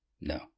No